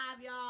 y'all